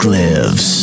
lives